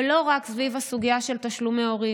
ולא רק סביב הסוגיה של תשלומי הורים.